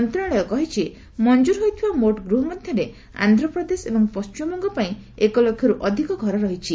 ମନ୍ତ୍ରଣାଳୟ କହିଛି ମଞ୍ଜୁର ହୋଇଥିବା ମୋଟ ଗୃହ ମଧ୍ୟରେ ଆନ୍ଧ୍ରପ୍ରଦେଶ ଏବଂ ପଣ୍ଟିମବଙ୍ଗ ପାଇଁ ଏକଲକ୍ଷରୁ ଅଧିକ ଘର ରହିଛି